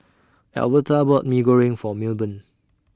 Alverta bought Mee Goreng For Milburn